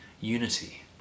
unity